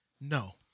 No